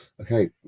Okay